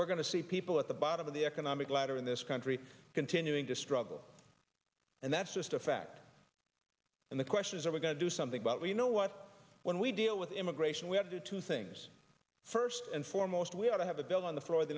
we're going to see people at the bottom of the economic ladder in this country continuing to struggle and that's just a fact and the question is are we going to do something about you know what when we deal with immigration we have to two things first and foremost we ought to have a bill on th